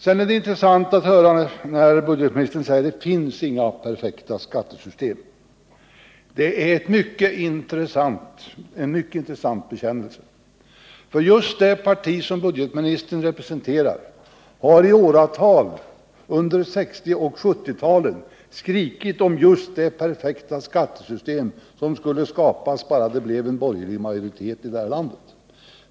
Det är intressant att höra budgetministern säga att det inte finns några perfekta skattesystem. Det är en mycket intressant bekännelse, för just det parti budgetministern representerar har i åratal, under 1960 och 1970-talen, skrikit om det perfekta skattesystem som skulle skapas bara det blev en borgerlig majoritet i detta land.